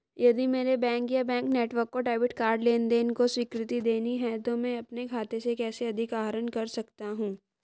यदि मेरे बैंक या बैंक नेटवर्क को डेबिट कार्ड लेनदेन को स्वीकृति देनी है तो मैं अपने खाते से कैसे अधिक आहरण कर सकता हूँ?